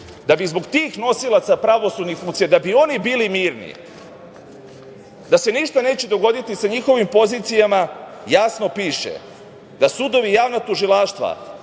da bi zbog tih nosilaca pravosudnih funkcija, da bi oni bili mirni, da se ništa neće dogoditi sa njihovim pozicijama, jasno piše da sudovi i javna tužilaštva